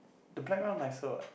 the black one nicer what